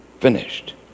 finished